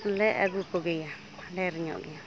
ᱞᱮ ᱟᱹᱜᱩ ᱠᱚᱜᱮᱭᱟ ᱰᱷᱮᱨ ᱧᱚᱜ ᱜᱮ